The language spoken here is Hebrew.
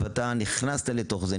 אתה נכנסת לתוך זה,